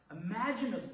Imagine